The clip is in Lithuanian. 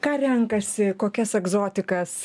ką renkasi kokias egzotikas